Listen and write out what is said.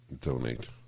donate